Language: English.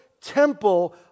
temple